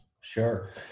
Sure